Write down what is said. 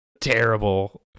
terrible